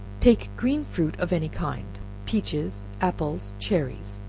take green fruit of any kind peaches, apples, cherries,